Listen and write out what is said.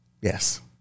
Yes